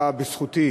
הפרטית,